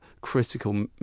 critical